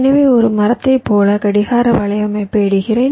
எனவே ஒரு மரத்தைப் போல கடிகார வலையமைப்பை இடுகிறேன்